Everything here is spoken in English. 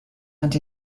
and